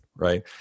Right